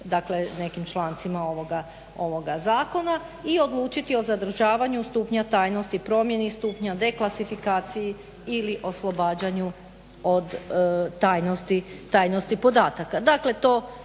dakle nekim člancima ovoga zakona, i odlučiti o zadržavanju stupnja tajnosti, promjeni stupnja, deklasifikaciji ili oslobađanju od tajnosti podataka.